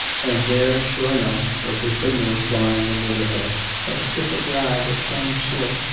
and there, sure enough, was the signal flying aboard of her a strip of rag of some sort,